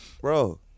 bro